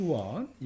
one